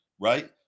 right